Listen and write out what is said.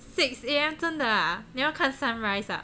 six A_M 真的啊你要看 sunrise ah